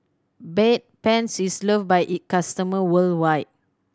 Bedpans is loved by its customer worldwide